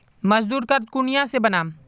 मजदूर कार्ड कुनियाँ से बनाम?